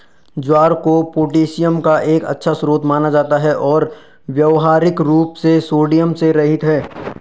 ज्वार को पोटेशियम का एक अच्छा स्रोत माना जाता है और व्यावहारिक रूप से सोडियम से रहित है